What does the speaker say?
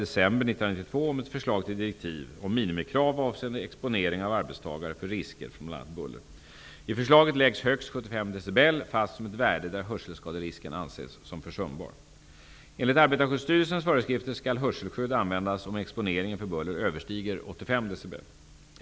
decibel fast som ett värde där hörselskaderisken anses som försumbar. Enligt Arbetarskyddsstyrelsens föreskrifter skall hörselskydd användas om exponeringen för buller överstiger 85 decibel.